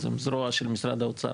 אז הם זרוע של משרד האוצר.